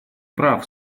прав